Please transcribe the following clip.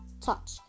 touch